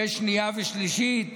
שנייה ושלישית.